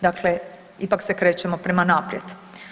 Dakle, ipak se krećemo prema naprijed.